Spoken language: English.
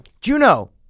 Juno